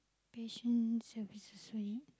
patient services we need